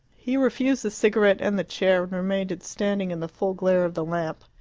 he refused the cigarette and the chair, and remained standing in the full glare of the lamp.